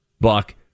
Buck